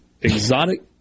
exotic